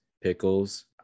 pickles